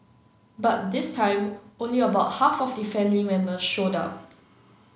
but this time only about half of the family members showed up